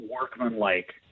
workmanlike